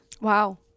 Wow